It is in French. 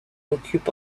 occupe